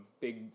big